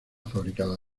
fabricada